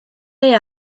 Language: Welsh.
ond